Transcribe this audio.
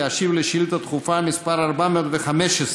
להשיב על שאילתה דחופה מס' 415,